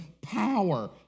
power